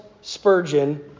Spurgeon